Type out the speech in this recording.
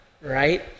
right